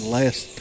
last